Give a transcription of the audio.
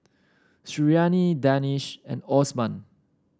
Suriani Danish and Osman